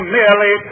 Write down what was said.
merely